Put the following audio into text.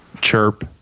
Chirp